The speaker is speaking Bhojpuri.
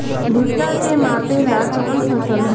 भूट्टा के मापे ला कवन फसल ह?